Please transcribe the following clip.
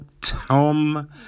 Tom